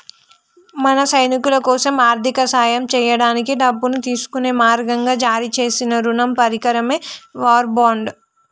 మన సైనికులకోసం ఆర్థిక సాయం సేయడానికి డబ్బును తీసుకునే మార్గంగా జారీ సేసిన రుణ పరికరమే వార్ బాండ్